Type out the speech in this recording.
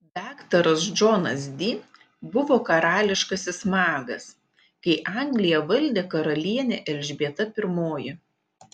daktaras džonas di buvo karališkasis magas kai angliją valdė karalienė elžbieta i